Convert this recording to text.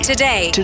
Today